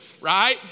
Right